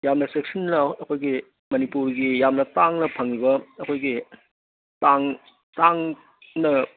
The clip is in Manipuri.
ꯌꯥꯝꯅ ꯆꯦꯛꯁꯤꯟꯅ ꯑꯩꯈꯣꯏꯒꯤ ꯃꯅꯤꯄꯨꯔꯒꯤ ꯌꯥꯝꯅ ꯇꯥꯡꯅ ꯐꯪꯉꯤꯕ ꯑꯩꯈꯣꯏꯒꯤ ꯇꯥꯡꯅ